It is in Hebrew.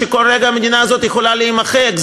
שכל רגע המדינה הזאת יכולה להימחק.